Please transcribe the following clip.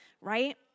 right